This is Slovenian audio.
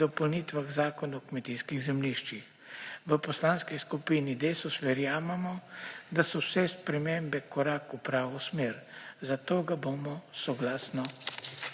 in dopolnitvah Zakona o kmetijskih zemljiščih. V Poslanski skupini Desus verjamemo, da so vse spremembe korak v pravo smer, zato ga bomo soglasno